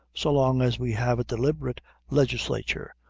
so long as we have a deliberative legislature,